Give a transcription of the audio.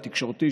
העיתונאי,